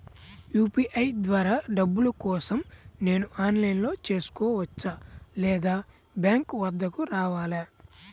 UPI ద్వారా డబ్బులు కోసం నేను ఆన్లైన్లో చేసుకోవచ్చా? లేదా బ్యాంక్ వద్దకు రావాలా?